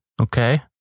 okay